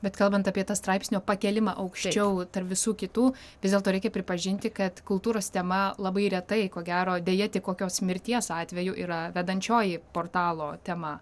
bet kalbant apie tą straipsnio pakėlimą aukščiau tarp visų kitų vis dėlto reikia pripažinti kad kultūros tema labai retai ko gero deja tik kokios mirties atveju yra vedančioji portalo tema